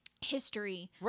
history